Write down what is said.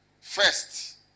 first